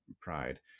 pride